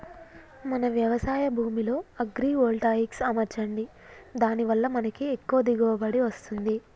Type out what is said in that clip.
మన వ్యవసాయ భూమిలో అగ్రివోల్టాయిక్స్ అమర్చండి దాని వాళ్ళ మనకి ఎక్కువ దిగువబడి వస్తుంది